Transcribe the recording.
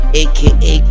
aka